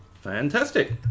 Fantastic